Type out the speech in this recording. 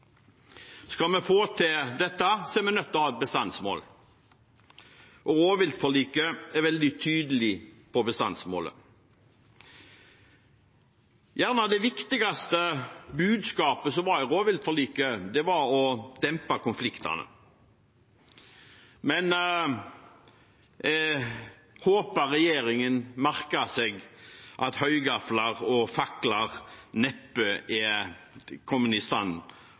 Skal vi få til dette, er vi nødt til å ha et bestandsmål, og rovviltforliket er veldig tydelig på bestandsmålet. Det viktigste budskapet i rovviltforliket var vel å dempe konfliktene. Jeg håper regjeringen merker seg at høygafler og fakler neppe er